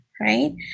right